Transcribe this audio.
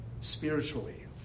spiritually